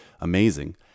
amazing